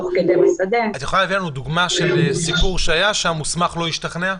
את יכולה להביא לנו דוגמה לסיפור שהמוסמך לא השתכנע?